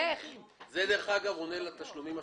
דרך אגב, זה עונה לעניין התשלומים השוטפים.